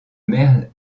maire